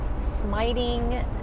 smiting